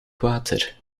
water